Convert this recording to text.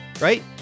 Right